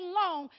long